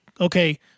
okay